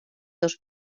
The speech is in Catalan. dos